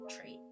trait